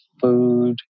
Food